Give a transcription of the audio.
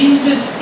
Jesus